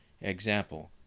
Example